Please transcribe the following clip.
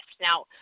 Now